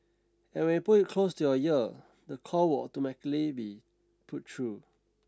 and when you put it close to your ear the call will automatically be put through